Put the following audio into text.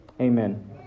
Amen